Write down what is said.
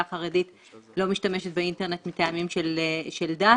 החרדית לא משתמשת באינטרנט מטעמים של דת,